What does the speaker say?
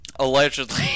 Allegedly